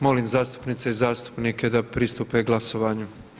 Molim zastupnice i zastupnice da pristupe glasovanju.